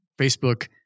Facebook